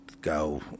go